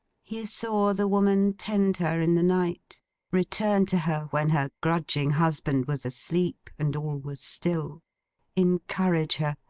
he saw the woman tend her in the night return to her when her grudging husband was asleep, and all was still encourage her,